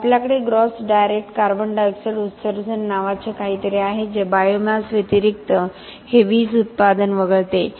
मग आपल्याकडे gross direct CO2 उत्सर्जन नावाचे काहीतरी आहे जे बायोमास व्यतिरिक्त हे वीज उत्पादन वगळते